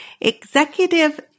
executive